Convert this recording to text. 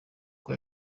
uko